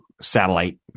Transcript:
satellite